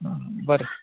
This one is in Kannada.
ಹಾಂ ಬನ್ರಿ